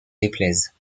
déplaise